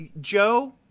Joe